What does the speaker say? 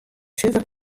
suver